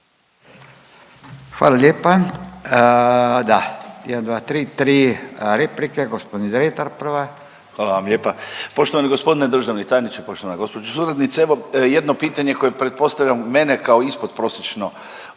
Hvala lijepa. Da, 1, 2, 3. 3 replike. Gospodin Dretar, prva. **Dretar, Davor (DP)** Hvala vam lijepa. Poštovani gospodine državni tajniče, poštovana gospođo suradnice, evo jedno pitanje koje pretpostavljam mene kao ispodprosječno obrazovanog